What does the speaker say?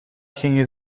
gingen